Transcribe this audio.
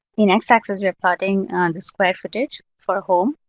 in x-axis, we are plotting the square footage for home,